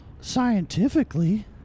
Scientifically